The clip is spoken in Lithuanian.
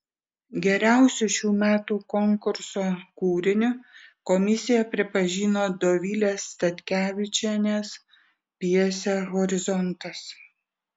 geriausiu šių metų konkurso kūriniu komisija pripažino dovilės statkevičienės pjesę horizontas